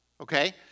okay